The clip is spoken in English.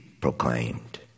proclaimed